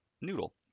noodle